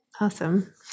Awesome